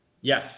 Yes